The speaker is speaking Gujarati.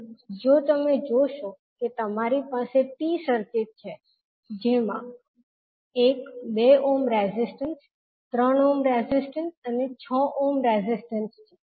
અહીં જો તમે જોશો કે તમારી પાસે T સર્કિટ છે જેમાં એક 2 ઓહ્મ રેઝિસ્ટન્સ 3 ઓહ્મ રેઝિસ્ટન્સ અને 6 ઓહ્મ રેઝિસ્ટન્સ છે